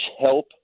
help